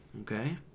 Okay